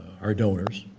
our donors,